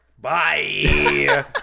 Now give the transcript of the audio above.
bye